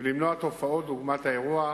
ולמנוע תופעות דוגמת אלה שהיו.